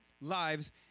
lives